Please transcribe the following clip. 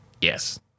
yes